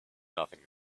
nothing